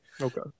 Okay